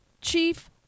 chief